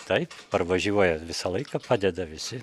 taip parvažiuoja visą laiką padeda visi